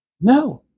No